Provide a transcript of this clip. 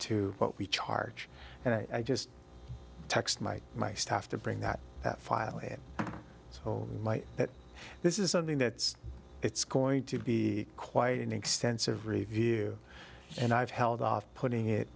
to what we charge and i just text my my staff to bring that that file at home might that this is something that it's going to be quite an extensive review and i've held off putting it